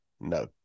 no